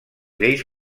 lleis